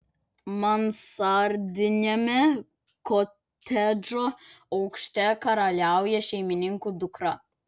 mansardiniame kotedžo aukšte karaliauja šeimininkų dukra